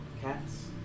cats